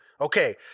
okay